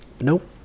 Nope